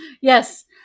Yes